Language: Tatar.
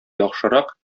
яхшырак